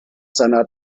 seiner